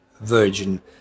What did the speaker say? Virgin